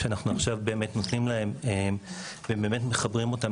שאנחנו עכשיו מעניקים להם שמחברת אותם